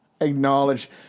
acknowledge